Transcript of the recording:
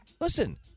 Listen